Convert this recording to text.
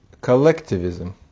collectivism